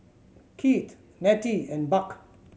Keith Nettie and Buck